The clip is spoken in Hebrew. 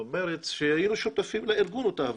גם מרצ שהיינו שותפים לארגון אותה הפגנה.